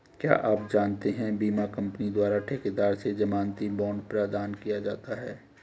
क्या आप जानते है बीमा कंपनी द्वारा ठेकेदार से ज़मानती बॉण्ड प्रदान किया जाता है?